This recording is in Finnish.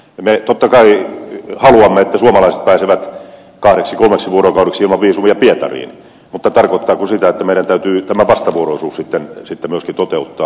me totta kai haluamme että suomalaiset pääsevät kahdeksi kolmeksi vuorokaudeksi ilman viisumia pietariin mutta tarkoit taako se sitä että meidän täytyy myöskin tämä vastavuoroisuus sitten toteuttaa